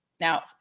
Now